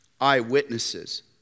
eyewitnesses